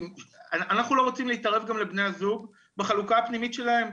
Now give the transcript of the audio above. אנחנו לא רוצים להתערב גם לבני הזוג בחלוקה הפנימית שלהם.